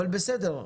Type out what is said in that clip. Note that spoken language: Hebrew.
אבל בסדר.